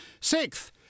Sixth